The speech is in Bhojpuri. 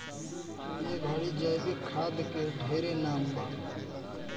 ए घड़ी जैविक खाद के ढेरे नाम बा